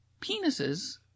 penises